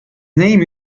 name